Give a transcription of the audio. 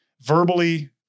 verbally